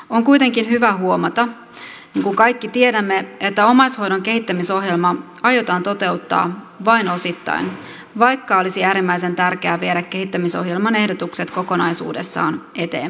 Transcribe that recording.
on kuitenkin hyvä huomata kun kaikki tiedämme että omaishoidon kehittämisohjelma aiotaan toteuttaa vain osittain vaikka olisi äärimmäisen tärkeää viedä kehittämisohjelman ehdotukset kokonaisuudessaan eteenpäin